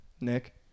Nick